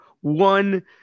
one